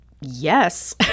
Yes